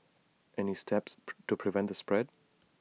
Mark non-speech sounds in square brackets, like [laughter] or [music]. any steps [unintelligible] to prevent the spread